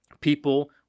people